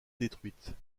détruites